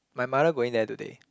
my mother going there today